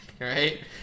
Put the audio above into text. right